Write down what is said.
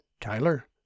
Tyler